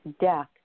Death